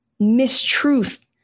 mistruth